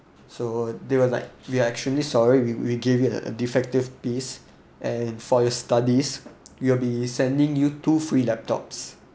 so they were like we are actually sorry we we gave you a defective piece and for your studies we will be sending you two free laptops